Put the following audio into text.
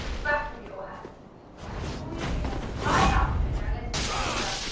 the back of your hand so pull your finger high up, and now let it spring back,